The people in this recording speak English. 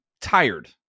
tired